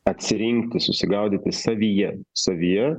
atsirinkti susigaudyti savyje savyje